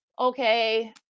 Okay